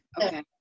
okay